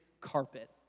carpet